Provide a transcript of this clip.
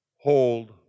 hold